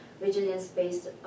Resilience-based